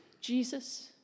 Jesus